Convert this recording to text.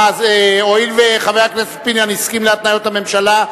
הואיל וחבר הכנסת פיניאן הסכים להתניות הממשלה,